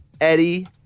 Eddie